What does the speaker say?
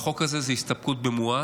החוק הזה הוא הסתפקות במועט,